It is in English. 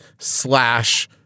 slash